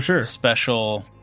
special